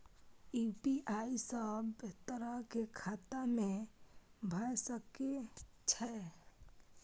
UPI सब तरह के खाता में भय सके छै?